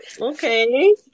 okay